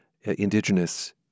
indigenous